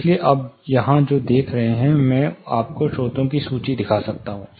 इसलिए आप यहां जो देख रहे हैं मैं आपको स्रोतों की सूची दिखा सकता हूं